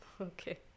Okay